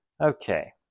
Okay